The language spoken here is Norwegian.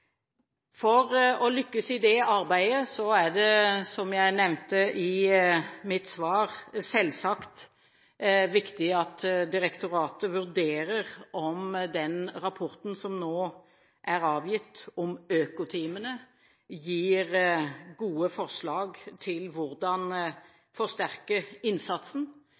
For å lykkes i det arbeidet er det, som jeg nevnte i mitt svar, selvsagt viktig at direktoratet vurderer om den rapporten som nå er avgitt om økoteamene, gir gode forslag til hvordan man forsterker innsatsen.